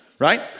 right